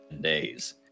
days